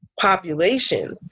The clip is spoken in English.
population